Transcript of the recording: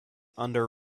under